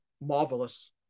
marvelous